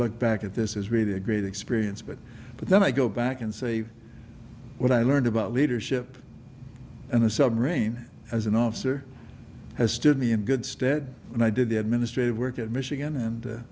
look back at this is really a great experience but but then i go back and say what i learned about leadership and a submarine as an officer has stood me in good stead when i did the administrative work at michigan and a